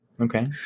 Okay